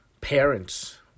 parents